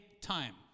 time